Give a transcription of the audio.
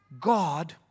God